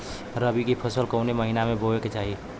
रबी की फसल कौने महिना में बोवे के चाही?